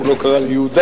הוא לא קרא ליהודה,